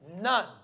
None